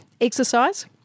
Exercise